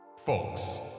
Folks